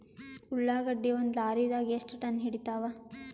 ಉಳ್ಳಾಗಡ್ಡಿ ಒಂದ ಲಾರಿದಾಗ ಎಷ್ಟ ಟನ್ ಹಿಡಿತ್ತಾವ?